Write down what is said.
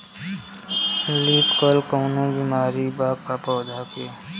Leaf curl कौनो बीमारी बा का पौधा के?